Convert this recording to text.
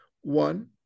One